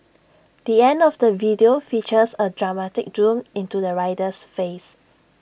the end of the video features A dramatic zoom into the rider's face